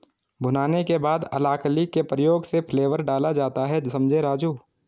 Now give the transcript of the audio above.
भुनाने के बाद अलाकली के प्रयोग से फ्लेवर डाला जाता हैं समझें राजु